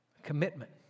commitment